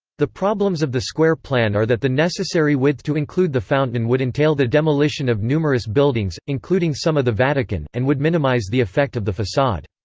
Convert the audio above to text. the problems of the square plan are that the necessary width to include the fountain would entail the demolition of numerous buildings, including some of the vatican, and would minimize the effect of the facade.